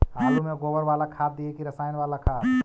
आलु में गोबर बाला खाद दियै कि रसायन बाला खाद?